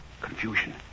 confusion